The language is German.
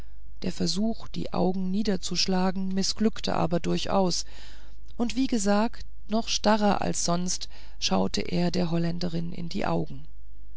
der versuch die augen niederzuschlagen mißglückte aber durchaus und wie gesagt noch starrer als sonst schaute er der holländerin in die augen